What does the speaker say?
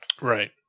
Right